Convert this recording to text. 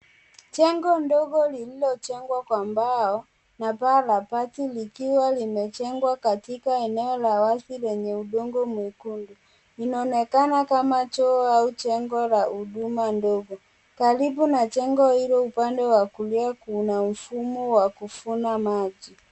Jengo ndogo lililojengwa kwa mbao na paa la mabati likiwa likiwa linajengwa katika eneo la wazi lenye udongo mwekundu. Inaonekana kama choo au jengo la huduma ndogo .karibu na jengo hilo upande wa kulia kuna mtungi wa kuvuna maji.